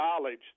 knowledge